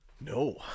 No